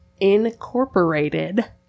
incorporated